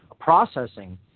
processing